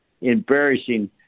embarrassing